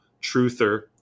Truther